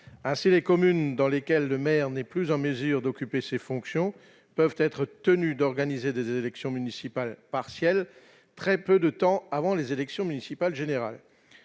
ainsi les communes dans lesquelles le maire n'est plus en mesure d'occuper ses fonctions peuvent être tenus d'organiser des élections municipales partielles, très peu de temps avant les élections municipales générales.